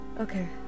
Okay